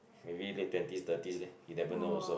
maybe late twenties thirties leh you never know also